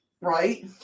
Right